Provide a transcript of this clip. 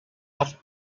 have